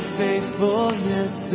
faithfulness